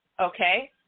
Okay